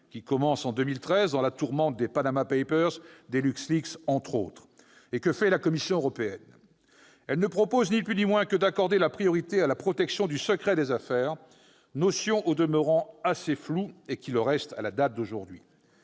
qui commence en 2013, dans la tourmente des « Panama Papers » ou encore des Luxleaks. Que fait alors la Commission européenne ? Elle ne propose ni plus ni moins que d'accorder la priorité à la protection du secret des affaires, notion au demeurant assez floue- elle l'est toujours aujourd'hui.